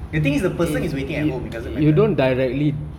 the thing is the person is waiting at home it doesn't matter